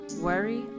worry